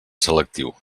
selectiu